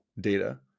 data